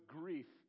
grief